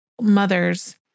mothers